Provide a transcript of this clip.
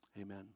Amen